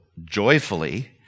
joyfully